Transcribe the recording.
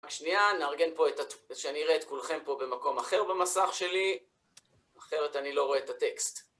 השנייה, נארגן פה את התוכן, שאני אראה את כולכם פה במקום אחר במסך שלי, אחרת אני לא רואה את הטקסט.